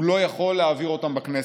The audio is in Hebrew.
הוא לא יכול להעביר אותם בכנסת.